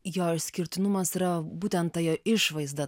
jo išskirtinumas yra būtent ta jo išvaizda